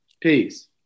Peace